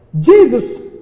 Jesus